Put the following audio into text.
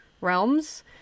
realms